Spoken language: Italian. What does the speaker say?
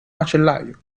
macellaio